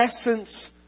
essence